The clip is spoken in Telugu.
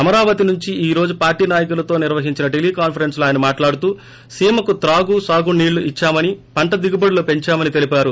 అమరావతి నుంచి ఈ రోజు పార్లీ నాయకులతో నిర్వహించిన టెలికాన్సరెన్స్ లో ఆయన మాట్లాడుతూ సీమకు తాగు సాగు నీళ్లు ఇచ్చామని పంట దిగుబడులు పెందామని తెలిపారు